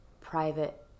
private